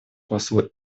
послу